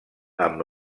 amb